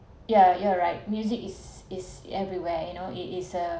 yeah you're right music is is everywhere you know it is uh